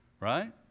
Right